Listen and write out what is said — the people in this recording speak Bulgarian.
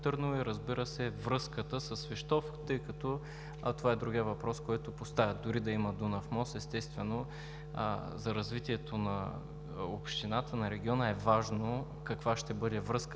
и, разбира се, връзката със Свищов, тъй като това е другият въпрос, който поставят. Дори да има Дунав мост, естествено, за развитието на общината, на региона е важно каква ще бъде връзката